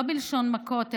לא מלשון מכות,